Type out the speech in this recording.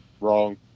Wrong